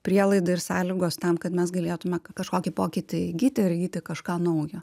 prielaida ir sąlygos tam kad mes galėtume kažkokį pokytį įgyti ir įgyti kažką naujo